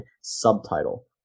subtitle